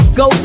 go